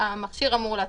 המכשיר אמור להתריע.